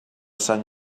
sant